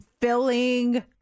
filling